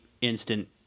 instant